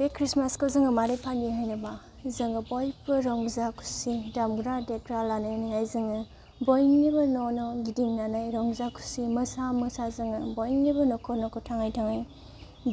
बे ख्रिस्टमासखौ जोङो मारै फालियो होनोब्ला जोङो बयबो रंजा खुसि दामग्रा देग्रा लानानैहाय जोङो बयनिबो न' न' गिदिंनानै रंजा खुसि मोसा मोसा जोङो बयनिबो न'खर न'खर थाङै थाङै